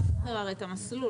אתה בוחר הרי את המסלול.